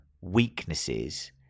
weaknesses